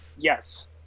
yes